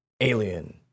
Alien